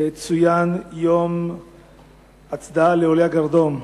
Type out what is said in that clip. צוין יום הצדעה לעולי הגרדום,